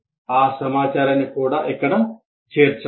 ఆ సమాచారాన్ని కూడా ఇక్కడ చేర్చాలి